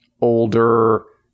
older